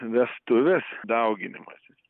vestuvės dauginimasis